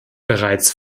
bereits